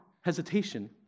hesitation